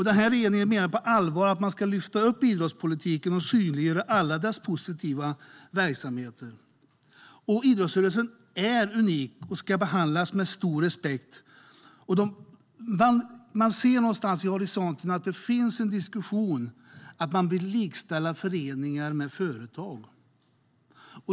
Den här regeringen menar på allvar att man ska lyfta upp idrottspolitiken och synliggöra alla idrottsrörelsens positiva verksamheter. Idrottsrörelsen är unik och ska behandlas med stor respekt. Någonstans vid horisonten finns en diskussion om att likställa föreningar med företag.